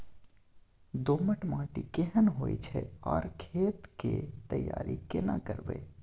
दोमट माटी केहन होय छै आर खेत के तैयारी केना करबै?